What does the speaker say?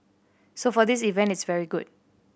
so for this event it's very good